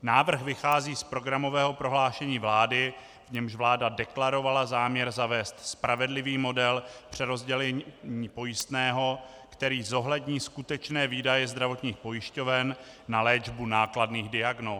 Návrh vychází z programového prohlášení vlády, v němž vláda deklarovala záměr zavést spravedlivý model přerozdělení pojistného, který zohlední skutečné výdaje zdravotních pojišťoven na léčbu nákladných diagnóz.